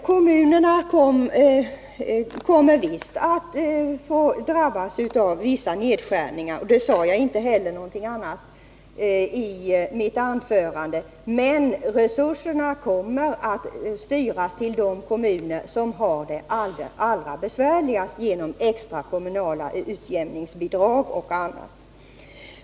Kommunerna kommer visst att drabbas av en del nedskärningar, och något annat sade jag inte heller i mitt anförande. Men resurserna kommer att styras till de kommuner som har det allra besvärligast — genom extra kommunala utjämningsbidrag och annat.